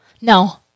No